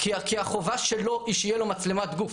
כי החובה שלו היא שתהיה לו מצלמת גוף,